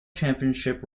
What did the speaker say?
championship